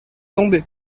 tomber